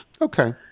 Okay